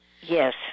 Yes